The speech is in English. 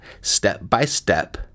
step-by-step